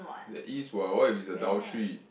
there is what what if it's adultery